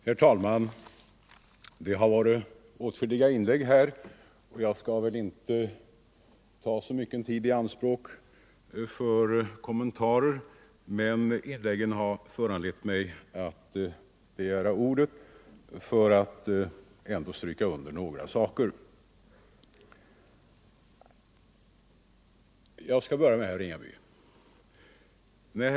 Herr talman! Det har gjorts åtskilliga inlägg i denna debatt, och jag skall väl inte ta alltför lång tid i anspråk för att kommentera dem. Men inläggen har ändå föranlett mig att begära ordet för att understryka några saker. Jag börjar med att vända mig till herr Ringaby.